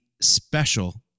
special